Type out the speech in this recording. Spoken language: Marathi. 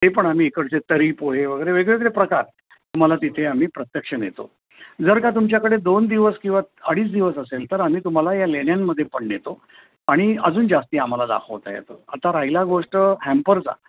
ते पण आम्ही इकडचे तरी पोहे वगैरे वेगवेगळे प्रकार तुम्हाला तिथे आम्ही प्रत्यक्ष नेतो जर का तुमच्याकडे दोन दिवस किंवा अडीच दिवस असेल तर आम्ही तुम्हाला या लेण्यांमध्ये पण नेतो आणि अजून जास्ती आम्हाला दाखवता येतं आता राहिला गोष्ट हॅम्परचा